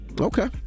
Okay